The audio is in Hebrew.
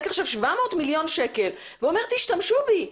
עכשיו 700,000,000 ₪ ואומר תשתמשו בי,